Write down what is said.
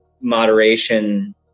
moderation